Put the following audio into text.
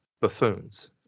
buffoons